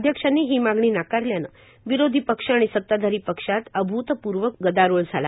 अध्यक्षांनी ही मागणी नाकारल्यानं विरोधी पक्ष आणि सताधारी पक्षात अभूतपूर्व गदारोळ झाला